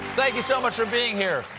thank you so much for being here.